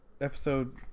episode